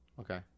Okay